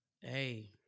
Hey